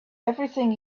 everything